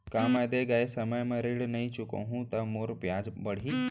का मैं दे गए समय म ऋण नई चुकाहूँ त मोर ब्याज बाड़ही?